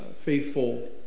faithful